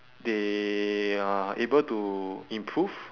they are able to improve